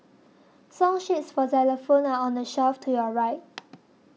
song sheets for xylophones are on the shelf to your right